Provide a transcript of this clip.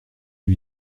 lui